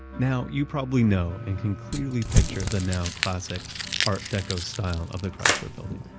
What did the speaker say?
now, you probably know and can clearly picture the now classic art deco style of the chrysler building.